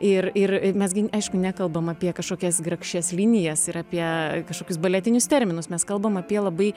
ir ir mes gi aišku nekalbam apie kažkokias grakščias linijas ir apie kažkokius baltinius terminus mes kalbam apie labai